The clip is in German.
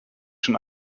schon